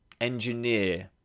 engineer